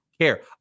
care